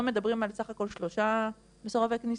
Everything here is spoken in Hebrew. מדברים על סך הכל שלושה מסורבי כניסה,